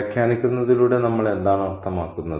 വ്യാഖ്യാനിക്കുന്നതിലൂടെ നമ്മൾ എന്താണ് അർത്ഥമാക്കുന്നത്